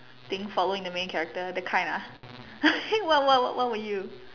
thing following the main character that kind ah what what what were you